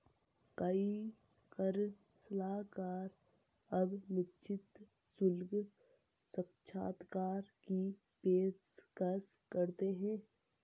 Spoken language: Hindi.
कई कर सलाहकार अब निश्चित शुल्क साक्षात्कार की पेशकश करते हैं